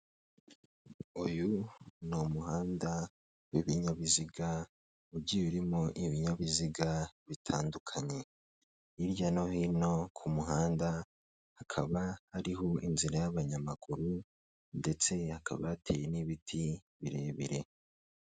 Uyu ni umuhanda w'ibinyabiziga ugiye urimo ibinyabiziga bitandukanye, hirya no hino ku muhanda hakaba hariho inzira y'abanyamaguru ndetsekaba yateye n'ibiti birebire.